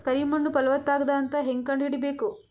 ಕರಿ ಮಣ್ಣು ಫಲವತ್ತಾಗದ ಅಂತ ಹೇಂಗ ಕಂಡುಹಿಡಿಬೇಕು?